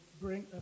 bring